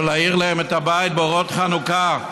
להאיר להן את הבית באורות חנוכה,